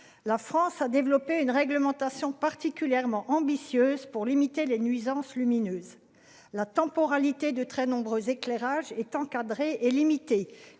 La France a développé une réglementation particulièrement ambitieuse pour limiter les nuisances lumineuses la temporalité de très nombreux éclairage est encadrée et limitée,